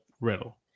Riddle